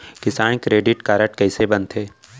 किसान credit card कइसे बनथे?